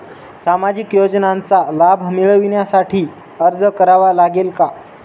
सामाजिक योजनांचा लाभ मिळविण्यासाठी अर्ज करावा लागेल का?